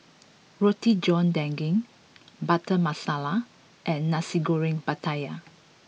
Roti John Daging Butter Masala and Nasi Goreng Pattaya